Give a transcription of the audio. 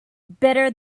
better